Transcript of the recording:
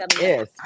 Yes